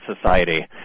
society